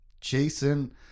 Jason